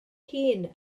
hun